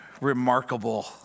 remarkable